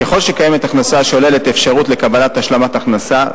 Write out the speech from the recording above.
ככל שקיימת הכנסה השוללת אפשרות לקבלת השלמת הכנסה,